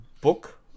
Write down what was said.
book